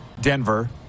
Denver